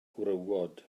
gwrywdod